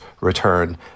return